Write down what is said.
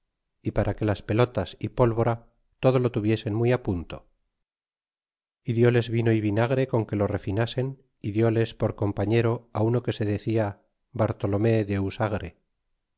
y para que las pelotas y pólvora todo lo tuviesen muy á punto é dióles vino y vinagre con que lo refinasen y dióles por compañero á uno que se decia bartolome de